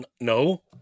No